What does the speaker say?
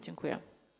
Dziękuję.